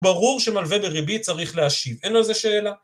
ברור שמלווה בריבית צריך להשיב, אין על זה שאלה